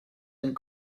and